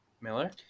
miller